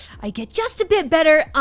i get just a bit better.